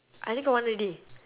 I did one already